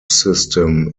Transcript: system